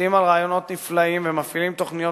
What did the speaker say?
שוקדים על רעיונות נפלאים ומפעילים תוכניות